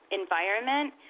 environment